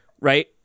right